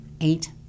eight